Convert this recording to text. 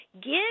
give